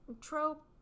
trope